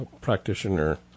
practitioner